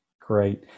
Great